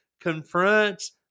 confronts